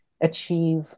achieve